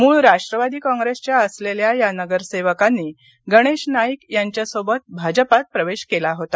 मूळ राष्ट्रवादी कॉप्रेसच्या असलेल्या या नगरसेवकांनी गणेश नाईक यांच्यासोबत भाजपात प्रवेश केला होता